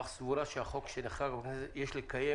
אך סבורה שהחוק שיש לקיים את החוק שנחקק בכנסת ויש לקיים